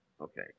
Okay